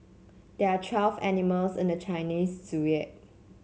there are twelve animals in the Chinese Zodiac